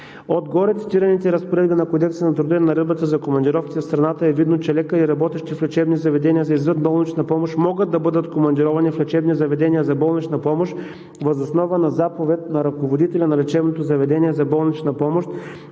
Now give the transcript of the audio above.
От горецитираните разпоредби на Кодекса на труда и Наредбата за командировките в страната е видно, че лекари, работещи в лечебни заведения за извънболнична помощ, могат да бъдат командировани в лечебни заведения за болнична помощ въз основа на заповед на ръководителя на лечебното заведение за болнична помощ